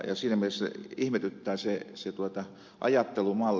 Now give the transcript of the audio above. siinä mielessä ihmetyttää se ajattelumalli